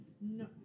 no